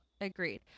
Agreed